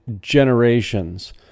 generations